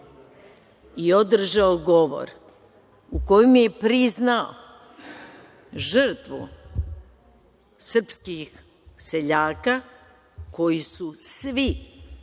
i održao govor u kojem je priznao žrtvu srpskih seljaka koji su svi,